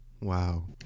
Wow